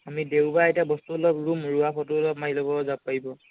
আমি দেওবাৰে এতিয়া বস্তু অলপ ৰুম ৰোৱা ফটো অলপ মাৰি ল'ব যাব পাৰিব